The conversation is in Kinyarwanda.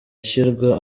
ishyirwa